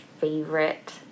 favorite